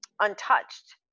untouched